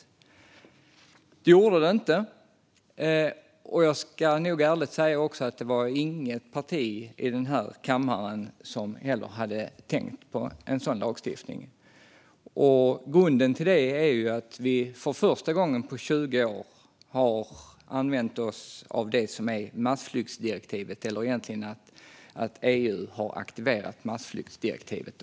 Men det gjorde den inte, och jag ska ärligt säga att nog inget parti i den här kammaren heller hade tänkt på en sådan lagstiftning. Grunden är ju att vi nu för första gången på 20 år har använt oss av massflyktsdirektivet, eller rättare sagt att EU har aktiverat massflyktsdirektivet.